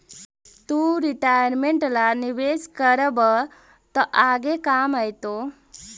तु रिटायरमेंट ला निवेश करबअ त आगे काम आएतो